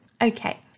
Okay